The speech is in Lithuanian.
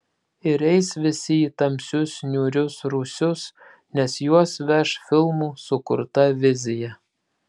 ir eis visi į tamsius niūrius rūsius nes juos veš filmų sukurta vizija